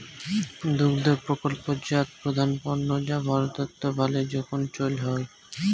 দুগ্ধ প্রকল্পজাত প্রধান পণ্য যা ভারতত ভালে জোখন চইল হই